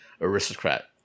aristocrat